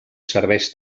serveix